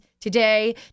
today